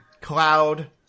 Cloud